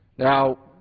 now,